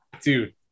Dude